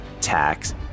tax